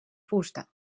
fusta